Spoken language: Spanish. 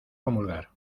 comulgar